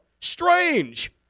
Strange